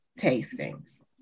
tastings